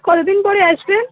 কত দিন পরে আসবে